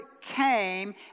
came